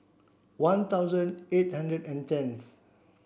one thousand eight hundred and tenth